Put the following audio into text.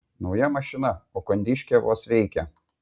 nauja mašina o kondiškė vos veikia